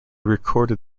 recorded